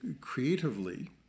creatively